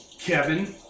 Kevin